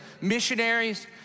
missionaries